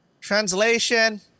Translation